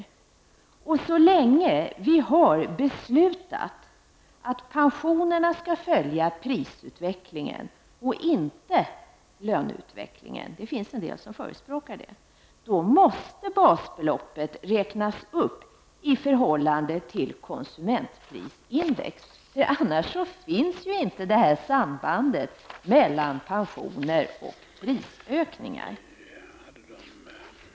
Så länge vi har beslutet att pensionerna skall följa prisutvecklingen och inte löneutvecklingen -- det finns de som förespråkar det -- måste basbeloppet räknas upp i förhållande till konsumentprisindex, annars finns inte samband mellan pensioner och prisökningar.